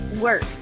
work